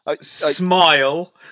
Smile